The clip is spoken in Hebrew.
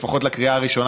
לפחות לקריאה הראשונה,